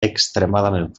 extremadament